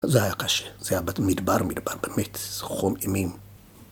זה היה קשה, זה היה מדבר, מדבר באמת, זה חום אימים.